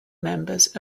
members